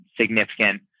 significant